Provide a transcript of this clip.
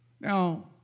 now